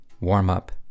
warm-up